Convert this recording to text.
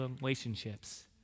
relationships